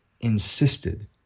insisted